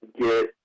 get